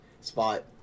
spot